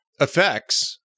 effects